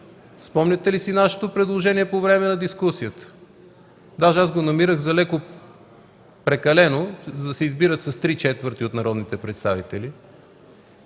Спомняте ли си нашето предложение по време на дискусията? Даже аз го намирах за леко прекалено – да се избират с три четвърти от народните представители,